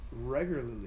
regularly